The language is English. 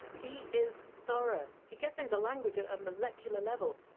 he is thorough. he gets into language at a molecular level.